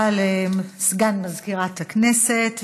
תודה רבה לסגן מזכירת הכנסת.